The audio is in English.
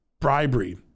bribery